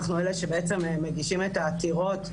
אנחנו אלה שבעצם מגישים את העתירות,